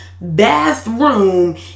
bathroom